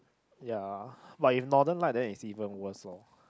ya but if northern lights then it even worse lor